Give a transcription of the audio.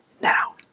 Now